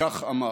וכך אמר: